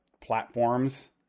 platforms